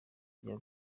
rya